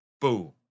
Boom